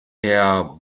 herr